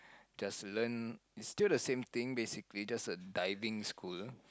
just learn is still the same thing basically just a diving school